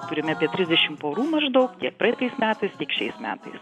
turime apie trisdešim porų maždaug tiek praeitais metais tiek šiais metais